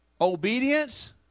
Obedience